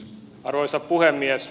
arvoisa puhemies